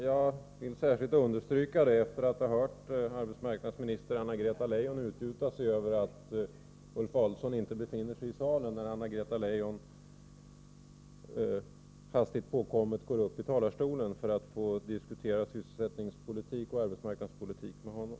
Jag vill särskilt understryka det efter att ha hört arbetsmarknadsminister Anna-Greta Leijon utgjuta sig över att Ulf Adelsohn inte befinner sig i salen när Anna-Greta Leijon hastigt påkommet går upp i talarstolen för att få diskutera sysselsättningspolitik och arbetsmarknadspolitik med honom.